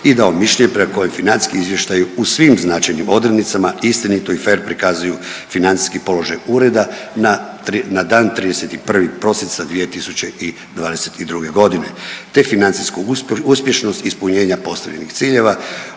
i dao mišljenje prema kojem financijski izvještaji u svim značajnim odrednicama istinito i fer prikazuju financijski položaj ureda na dan 31. prosinca 2022.g., te financijsku uspješnost ispunjenja postavljenih ciljeva